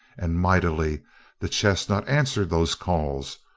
and mightily the chestnut answered those calls,